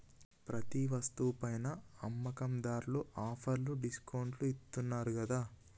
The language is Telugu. ప్రతి వస్తువు పైనా అమ్మకందార్లు ఆఫర్లు డిస్కౌంట్లు ఇత్తన్నారు గదా